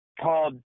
called